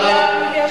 חברי הכנסת,